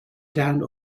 down